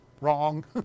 Wrong